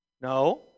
No